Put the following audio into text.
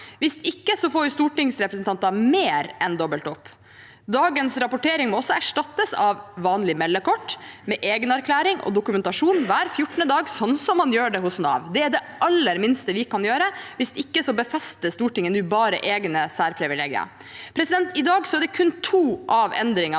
hvis ikke får stortingsrepresentanter mer enn dobbelt opp. Dagens rapportering må også erstattes av vanlige meldekort med egenerklæring og dokumentasjon hver fjortende dag, sånn som man gjør det hos Nav. Det er det aller minste vi kan gjøre – hvis ikke befester Stortinget nå bare egne særprivilegier. I dag er det kun to av endringene